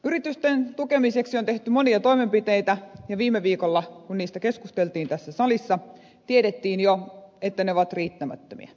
yritysten tukemiseksi on tehty monia toimenpiteitä ja viime viikolla kun niistä keskusteltiin tässä salissa tiedettiin jo että ne ovat riittämättömiä